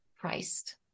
Christ